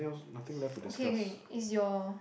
it's okay okay is your